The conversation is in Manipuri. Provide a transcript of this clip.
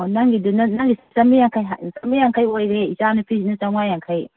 ꯑꯣ ꯅꯪꯒꯤꯗꯨꯅ ꯅꯪꯒꯤ ꯆꯥꯝꯃꯔꯤ ꯌꯥꯝꯈꯩ ꯑꯣꯏꯔꯦ ꯏꯆꯥ ꯅꯨꯄꯤꯁꯤꯅ ꯆꯥꯝꯃꯉꯥ ꯌꯥꯡꯈꯩ